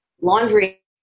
laundry